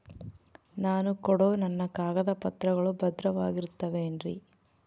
ನಾನು ಕೊಡೋ ನನ್ನ ಕಾಗದ ಪತ್ರಗಳು ಭದ್ರವಾಗಿರುತ್ತವೆ ಏನ್ರಿ?